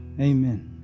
Amen